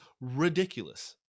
ridiculous